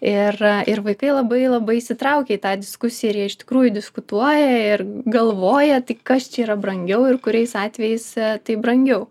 ir ir vaikai labai labai įsitraukė į tą diskusiją ir jie iš tikrųjų diskutuoja ir galvoja tai kas čia yra brangiau ir kuriais atvejais tai brangiau